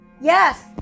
Yes